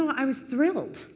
i was thrilled.